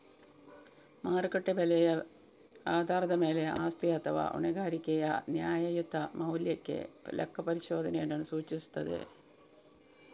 ಮಾರುಕಟ್ಟೆ ಬೆಲೆಯ ಆಧಾರದ ಮೇಲೆ ಆಸ್ತಿ ಅಥವಾ ಹೊಣೆಗಾರಿಕೆಯ ನ್ಯಾಯಯುತ ಮೌಲ್ಯಕ್ಕೆ ಲೆಕ್ಕಪರಿಶೋಧನೆಯನ್ನು ಸೂಚಿಸುತ್ತದೆ